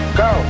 go